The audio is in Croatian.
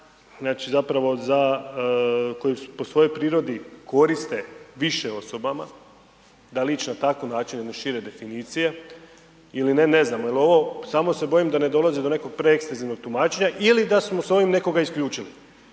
znači zapravo za koji po svojoj prirodi koriste više osobama da li ići na takav način jedne šire definicije ili ne, ne znamo jer ovo, samo se bojim da ne dolazi do nekog preekstenzivnog tumačenja ili da smo s ovim nekoga isključili